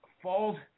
falls